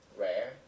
rare